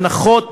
הנחות